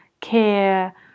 care